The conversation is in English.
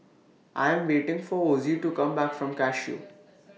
I Am waiting For Ozie to Come Back from Cashew